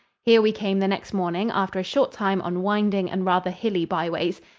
here we came the next morning after a short time on winding and rather hilly byways.